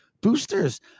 boosters